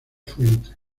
fuentes